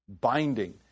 binding